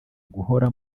guhora